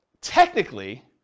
technically